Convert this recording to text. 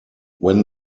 when